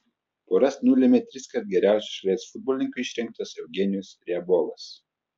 poras nulėmė triskart geriausiu šalies futbolininku išrinktas eugenijus riabovas